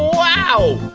wow.